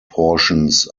portions